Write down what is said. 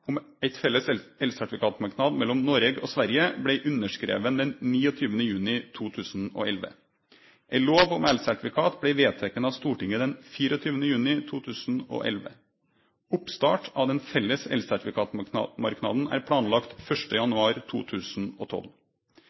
felles elsertifikatmarknad mellom Noreg og Sverige blei underskriven den 29. juni 2011. Ei lov om elsertifikat blei vedteken av Stortinget den 24. juni 2011. Oppstart av den felles elsertifikatmarknaden er planlagd 1. januar 2012.